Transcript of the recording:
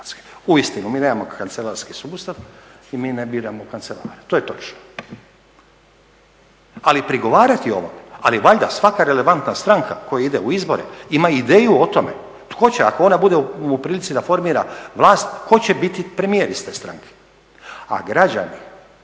Uistinu mi nemamo kancelarski sustav i mi ne biramo kancelara, to je točno ali prigovarati ovome, ali valjda svaka relevantna stranka koja ide u izbore ima ideju o tome tko će ako ona bude u prilici da formira vlast tko će biti premijer iz te stranke. A građani